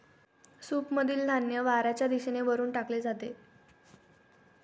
सूपमधील धान्य वाऱ्याच्या दिशेने वरून टाकले जाते